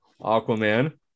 Aquaman